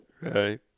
Right